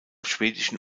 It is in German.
schwedischen